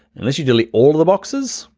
unless you delete all the boxes,